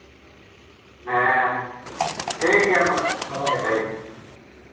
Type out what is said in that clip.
ᱦᱮᱸ ᱴᱷᱤᱠ ᱜᱮᱭᱟ ᱢᱟ ᱫᱚᱦᱚᱭᱮᱫᱟᱹᱧ